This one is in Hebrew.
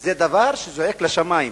זה דבר שזועק לשמים.